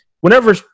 whenever